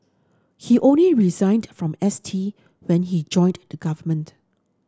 he only resigned from S T when he joined the government